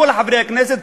כל חברי הכנסת,